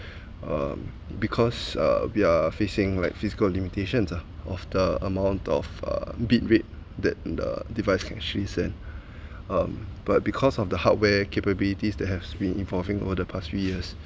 um because uh we are facing like physical limitations ah of the amount of uh bit rate that the device can actually send um but because of the hardware capabilities that have been evolving over the past few years